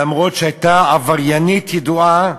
אף-על-פי שהייתה עבריינית ידועה,